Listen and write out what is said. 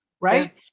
right